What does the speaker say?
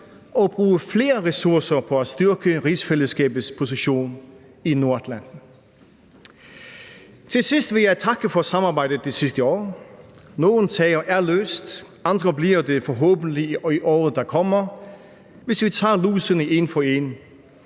og bruge flere ressourcer på at styrke rigsfællesskabets position i Nordatlanten. Til sidst vil jeg takke for samarbejdet det sidste år. Nogle sager er løst, andre bliver det forhåbentlig i året, der kommer. Hvis vi tager lusene en for en,